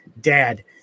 dad